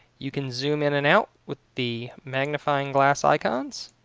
you can zoom in and out with the magnifying glass icons